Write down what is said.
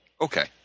okay